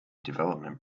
development